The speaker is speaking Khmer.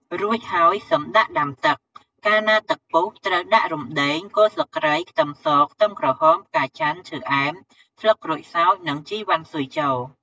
រួចហើយសិមដាក់ដាំទឹក កាលណាទឹកពុះត្រូវដាក់រំដេង គល់ស្លឹកគ្រៃ ខ្ទឹមស ខ្ទឹមក្រហម ផ្កាចន្ទន៍ ឈើអែម ស្លឹកក្រូចសើច និង ជីវ៉ាន់ស៊ុយចូល។